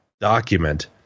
document